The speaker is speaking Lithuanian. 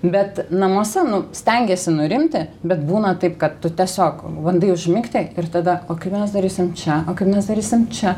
bet namuose nu stengiesi nurimti bet būna taip kad tu tiesiog bandai užmigti ir tada o kaip mes darysim čia kaip mes darysim čia